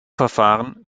verfahren